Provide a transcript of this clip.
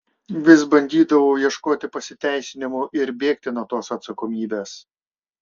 vis bandydavau ieškoti pasiteisinimų ir bėgti nuo tos atsakomybės